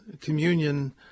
communion